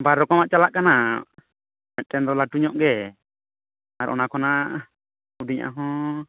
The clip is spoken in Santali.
ᱵᱟᱨ ᱨᱚᱠᱚᱢᱟᱜ ᱪᱟᱞᱟᱜ ᱠᱟᱱᱟ ᱢᱤᱫᱴᱟᱝ ᱫᱚ ᱞᱟᱹᱴᱩᱧᱚᱜ ᱜᱮ ᱟᱨ ᱚᱱᱟ ᱠᱷᱚᱱᱟᱜ ᱦᱩᱰᱤᱧᱟᱜ ᱦᱚᱸ